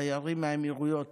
תיירים מהאמירויות,